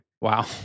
Wow